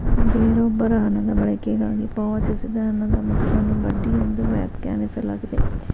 ಬೇರೊಬ್ಬರ ಹಣದ ಬಳಕೆಗಾಗಿ ಪಾವತಿಸಿದ ಹಣದ ಮೊತ್ತವನ್ನು ಬಡ್ಡಿ ಎಂದು ವ್ಯಾಖ್ಯಾನಿಸಲಾಗಿದೆ